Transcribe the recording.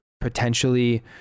potentially